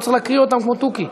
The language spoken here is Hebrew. לא צריך להקריא אותם כמו תוכי.